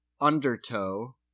Undertow